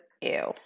ew